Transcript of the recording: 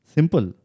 Simple